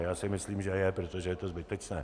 Já si myslím, že je, protože je to zbytečné.